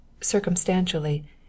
circumstantially